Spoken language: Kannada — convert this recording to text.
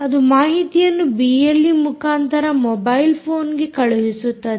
ಅದು ಮಾಹಿತಿಯನ್ನು ಬಿಎಲ್ಈ ಮುಖಾಂತರ ಮೊಬೈಲ್ ಫೋನ್ಗೆ ಕಳುಹಿಸುತ್ತದೆ